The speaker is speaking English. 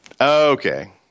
Okay